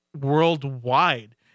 worldwide